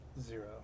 Zero